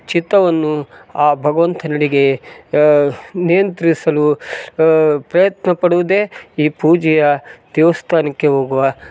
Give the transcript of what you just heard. ಚಿತ್ತವನ್ನು ಆ ಭಗವಂತನಡಿಗೆ ನಿಯಂತ್ರಿಸಲು ಪ್ರಯತ್ನ ಪಡುವುದೇ ಈ ಪೂಜೆಯ ದೇವಸ್ಥಾನಕ್ಕೆ ಹೋಗುವ